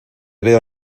veo